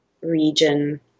region